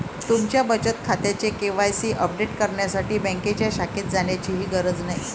तुमच्या बचत खात्याचे के.वाय.सी अपडेट करण्यासाठी बँकेच्या शाखेत जाण्याचीही गरज नाही